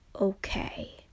okay